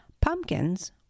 Pumpkins